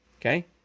Okay